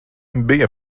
bija